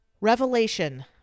revelation